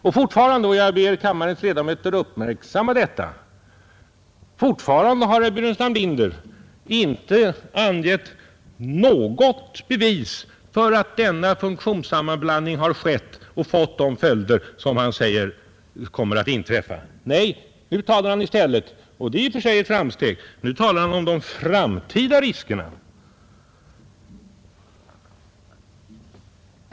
Och fortfarande — jag ber kammarens ledamöter uppmärksamma detta — har herr Burenstam Linder inte angett något bevis för att denna funktionssammanblandning har skett och fått de följder som han säger kommer att inträffa. Nej, nu talar han i stället — och det är i och för sig ett framsteg — om de framtida riskerna.